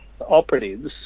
operatives